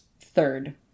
third